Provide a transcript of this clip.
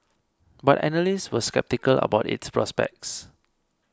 but analysts were sceptical about its prospects